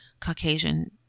Caucasian